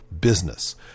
business